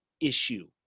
issue